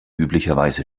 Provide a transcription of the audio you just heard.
üblicherweise